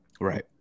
Right